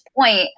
point